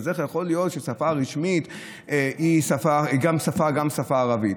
אז איך יכול להיות שהשפה הרשמית היא גם השפה הערבית?